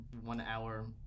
one-hour